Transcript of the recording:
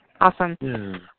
Awesome